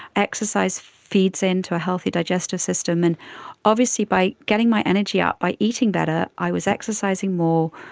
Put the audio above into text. exercise feeds into a healthy digestive system. and obviously by getting my energy up, by eating better, i was exercising more,